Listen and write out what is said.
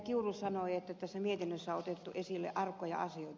kiuru sanoi että tässä mietinnössä on otettu esille arkoja asioita